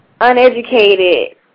uneducated